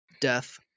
death